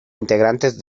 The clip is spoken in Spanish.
integrantes